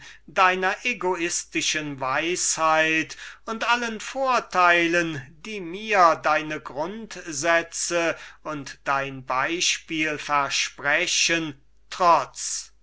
deiner weisheit und allen vorteilen die mir deine grundsätze und dein beispiel versprechen trotz